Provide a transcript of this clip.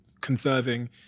conserving